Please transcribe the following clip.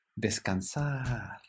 Descansar